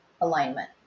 alignment